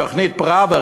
תוכנית פראוור,